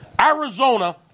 Arizona-